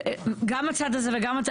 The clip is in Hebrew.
גם הצד הזה וגם הצד הזה,